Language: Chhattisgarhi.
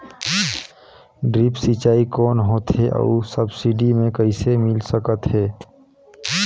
ड्रिप सिंचाई कौन होथे अउ सब्सिडी मे कइसे मिल सकत हे?